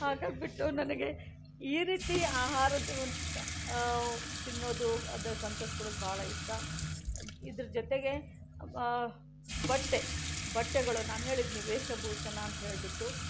ಹಾಗಾಗ್ಬಿಟ್ಟು ನನಗೆ ಈ ರೀತಿ ಆಹಾರದ ತಿನ್ನೋದು ಅದು ಸಂತೋಷಪಡೋದು ಬಹಳ ಇಷ್ಟ ಇದರ ಜೊತೆಗೆ ಬಟ್ಟೆ ಬಟ್ಟೆಗಳು ನಾನು ಹೇಳಿದ್ನಿ ವೇಷಭೂಷಣ ಅಂತ್ಹೇಳ್ಬಿಟ್ಟು